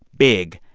big,